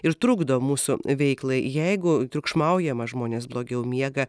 ir trukdo mūsų veiklai jeigu triukšmaujama žmonės blogiau miega